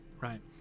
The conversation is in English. right